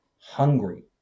hungry